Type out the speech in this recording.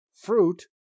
fruit